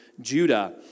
Judah